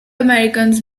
americans